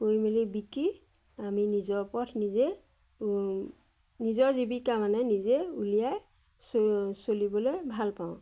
কৰি মেলি বিকি আমি নিজৰ পথ নিজে নিজৰ জীৱিকা মানে নিজে উলিয়াই চ চলিবলৈ ভাল পাওঁ